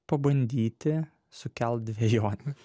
pabandyti sukelt dvejonių